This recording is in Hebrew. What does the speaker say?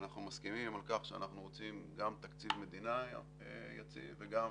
שאנחנו מסכימים על כך שאנחנו רוצים גם תקציב מדינה יציב וגם